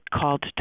called